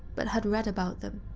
but had read about them.